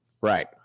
Right